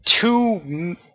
two